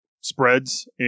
spreads